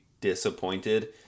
disappointed